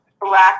black